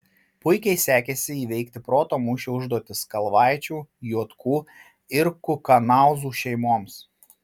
puikiai sekėsi įveikti proto mūšio užduotis kalvaičių juotkų ir kukanauzų šeimoms